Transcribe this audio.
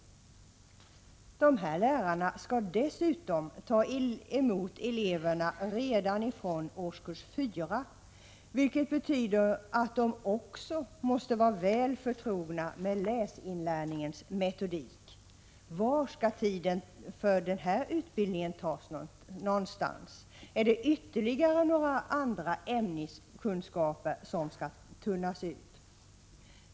Dessa lärare skall dessutom ta emot elever från årskurs 4, vilket betyder att de också måste vara väl förtrogna med läsinlärningens metodik. Var skall tiden för denna utbildning tas? Är det ytterligare ämneskunskaper som skall tunnas ut?